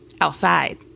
outside